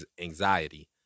anxiety